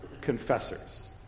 confessors